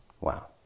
wow